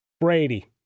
Brady